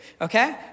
okay